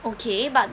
okay but